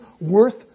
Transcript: worth